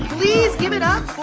please give it up